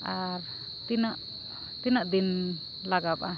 ᱟᱨ ᱛᱤᱱᱟᱹᱜ ᱛᱤᱱᱟᱹᱜ ᱫᱤᱱ ᱞᱟᱜᱟᱜᱼᱟ